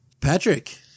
Patrick